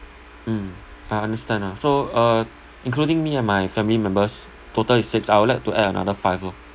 mm I understand lah so uh including me and my family members total is six I would like to add another five lor